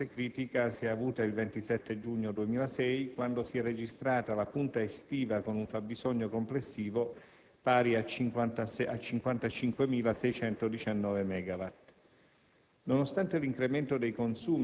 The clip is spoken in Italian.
La riprova che la situazione non fosse critica si è avuta il 27 giugno 2006 quando si è registrata la punta estiva con un fabbisogno complessivo pari a 55.619